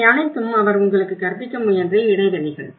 இவை அனைத்தும் அவர் உங்களுக்கு கற்பிக்க முயன்ற இடைவெளிகள்